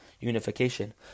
unification